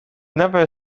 never